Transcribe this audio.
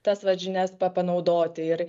tas vat žinias panaudoti ir